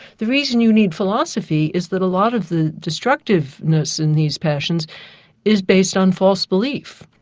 the reason you need philosophy is that a lot of the destructiveness in these passions is based on false belief.